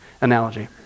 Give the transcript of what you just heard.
analogy